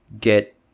get